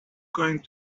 going